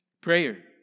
prayer